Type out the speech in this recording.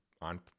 on